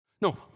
No